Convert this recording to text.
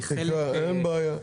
תקרא, אין בעיה.